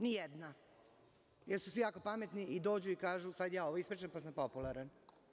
Nijedna, jer su svi jako pametni i dođu i kažu sada ja ovo ispričam jer sam popularan.